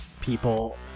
people